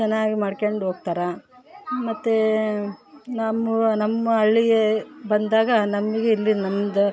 ಚೆನ್ನಾಗಿ ಮಾಡಿಕೊಂಡು ಹೋಗ್ತಾರೆ ಮತ್ತು ನಮ್ಮ ನಮ್ಮ ಹಳ್ಳಿಯೇ ಬಂದಾಗ ನಮಗೆ ಇಲ್ಲಿ ನಮ್ಮದು